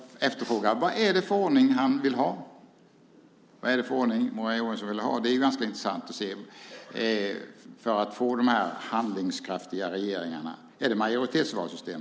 Men vad är det för ordning han vill ha för att få de här handlingskraftiga regeringarna? Det vore ganska intressant att se. Är det ett majoritetsvalsystem?